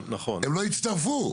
הם לא הצטרפו.